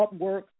Upwork